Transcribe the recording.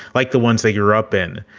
like the ones they grew up in.